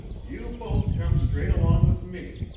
you both come straight along with me,